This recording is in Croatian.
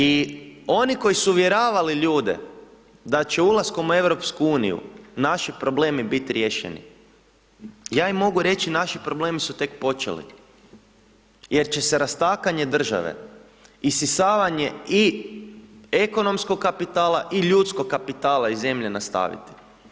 I oni koji su uvjeravali ljude, da će ulaskom u EU, naši problemi biti riješeni, ja im mogu reći naši problemi su tek počeli, jer će se rastakanje države, isisavanje i ekonomskog kapitala i ljudskog kapitala iz zemlje nastaviti.